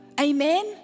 Amen